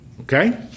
Okay